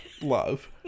love